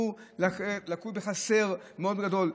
לוקים בחסר מאוד גדול.